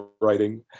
writing